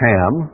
Ham